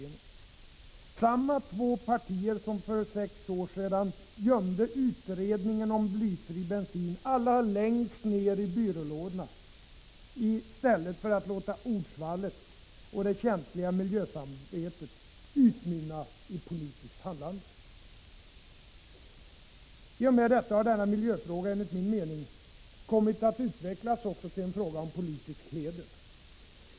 Det var samma två partier som för sex år sedan gömde utredningen om blyfri bensin allra längst ned i byrålådorna i stället för att låta ordsvallet och det känsliga miljösamvetet utmynna i politiskt handlande. I och med detta har denna miljöfråga enligt min mening kommit att utvecklas också till en fråga om politisk heder.